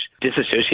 disassociate